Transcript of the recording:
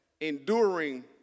enduring